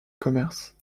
commerce